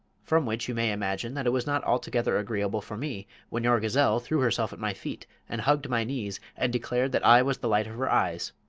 from which you may imagine that it was not altogether agreeable for me when your gazelle threw herself at my feet and hugged my knees and declared that i was the light of her eyes.